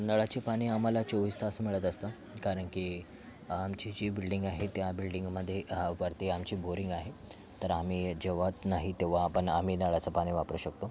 नळाचे पाणी आम्हाला चोवीस तास मिळत असतं कारण की आमची जी बिल्डिंग आहे त्या बिल्डिंगमध्ये वरती आमची बोरिंग आहे तर आम्ही जेव्हात नाही तेव्हा आपण आम्ही नळाचं पाणी वापरू शकतो